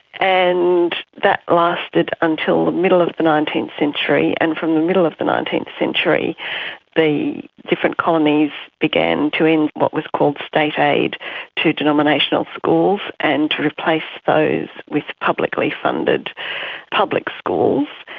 and that lasted until the middle of the nineteenth century. and from the middle of the nineteenth century the different colonies began to end what was called state aid to denominational schools and to replace those with publicly funded public schools.